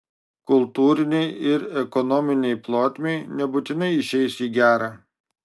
kultūrinei ir ekonominei plotmei nebūtinai išeis į gerą